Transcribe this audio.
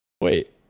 Wait